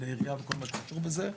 כלי עירייה וכל מי שקשור בזה.